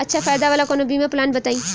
अच्छा फायदा वाला कवनो बीमा पलान बताईं?